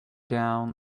down